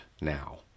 now